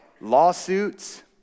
lawsuits